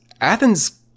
Athens